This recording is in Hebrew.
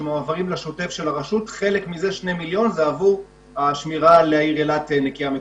אני מתכבדת לפתוח את ישיבת הוועדה בנושא: התמודדות העיר אילת עם משבר